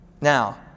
Now